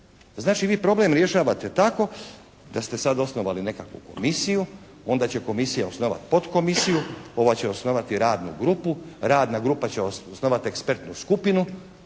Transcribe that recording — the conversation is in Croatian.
Znači vi problem rješavate tako da ste sad osnovali nekakvu komisiju. Onda će komisija osnovati potkomisiju. Ova će osnovati radnu grupu. Radna grupa će osnovati ekspertnu skupinu